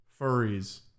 Furries